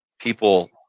people